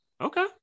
Okay